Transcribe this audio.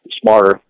smarter